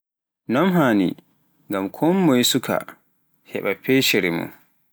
noom haani ngma konmoye suuka heɓaa feceere mon.